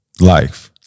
life